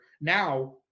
now